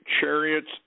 chariots